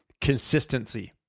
consistency